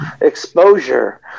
Exposure